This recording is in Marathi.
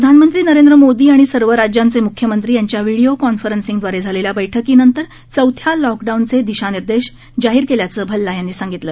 प्रधानमंत्री नरेंद्र मोदी आणि सर्व राज्यांचे म्ख्यमंत्री यांच्या व्हिडीओ कॉन्फरन्सिंगदवारे झालेल्या बैठकीनंतर चौथ्या लॉकडाऊनचे दिशानिर्देश जाहीर केल्याचं भल्ला यांनी सांगितलं